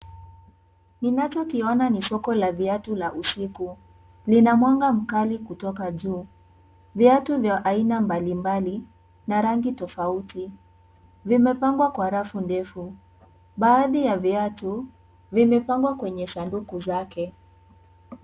Ninachokiona ni soko la viatu la usiku, lina mwanga mkali kutoka juu, viatu vya aina bali mbali na rangi tofauti vimepangwa kwa rafu ndefu, baadhi ya viatu vimepangwa kwenye sanduku zake.